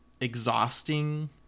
exhausting